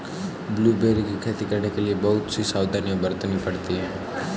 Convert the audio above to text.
blueberry की खेती करने के लिए बहुत सी सावधानियां बरतनी पड़ती है